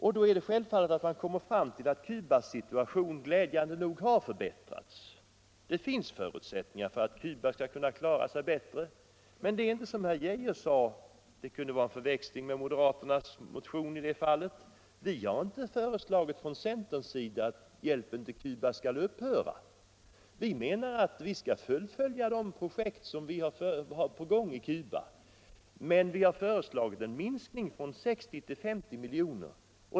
Då blir den självfallna slutsatsen att Cubas situation, glädjande nog, har förbättrats. Det finns förutsättningar för att Cuba skall kunna klara sig bättre. Herr Arne Geijer förväxlade oss kanske här med moderaterna, men centern har inte föreslagit att hjälpen till Cuba skall upphöra. Vi menar att vi skall fullfölja de projekt som vi har på gång i Cuba, men vi har föreslagit en minskning från 60 till 50 miljoner.